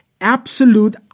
Absolute